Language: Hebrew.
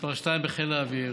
מספר 2 בחיל האוויר,